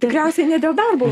tikriausiai ne dėl darbo